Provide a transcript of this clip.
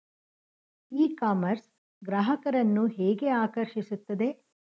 E commerce ಗ್ರಾಹಕರನ್ನು ಹೇಗೆ ಆಕರ್ಷಿಸುತ್ತದೆ?